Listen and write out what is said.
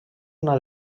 una